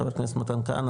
חבר הכנסת מתן כהנה,